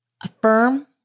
affirm